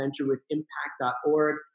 venturewithimpact.org